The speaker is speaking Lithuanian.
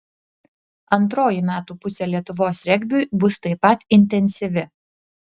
antroji metų pusė lietuvos regbiui bus taip pat intensyvi